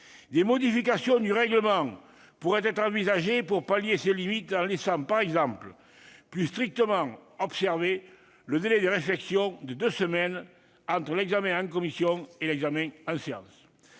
Des modifications du règlement pourraient être envisagées pour pallier ces limites, en faisant par exemple plus strictement observer le délai de réflexion de deux semaines entre l'examen en commission et l'examen en séance.